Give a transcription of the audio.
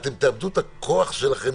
אתם תאבדו את הכוח שלכם